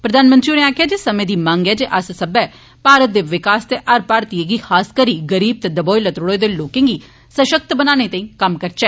प्रघानमंत्री होरें आक्खेआ जे समें दी मंग ऐ जे अस्स सबै भारत दे विकास ते हर भारतीय गी खास करी गरीब ते दबोए लतड़ोए दे लोके गी सशक्त बनाने ताई कम्म करचे